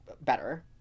better